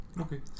Okay